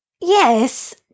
Yes